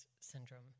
syndrome